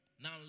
Now